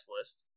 list